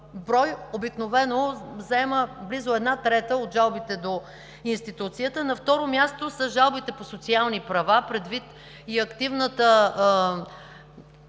брой обикновено заема близо една трета от жалбите до институцията. На второ място са жалбите по социални права предвид и активното